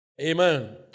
Amen